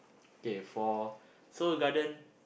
okay for Seoul-Garden